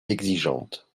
exigeantes